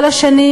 כל השנים,